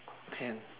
can